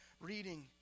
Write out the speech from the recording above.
reading